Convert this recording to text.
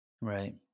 right